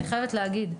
אני חייבת להגיד.